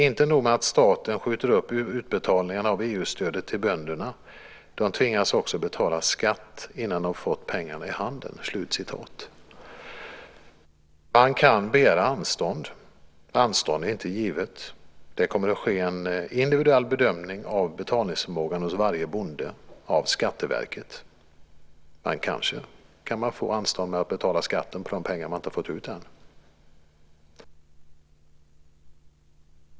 Inte nog med att staten skjuter upp utbetalningarna till bönderna - de tvingas också betala skatt innan de fått pengarna i handen." Man kan begära anstånd. Anstånd är inte givet. Det kommer att ske en individuell bedömning av betalningsförmågan hos varje bonde av Skatteverket. Kanske kan man få anstånd med att betala skatten på de pengar man inte har fått ut än.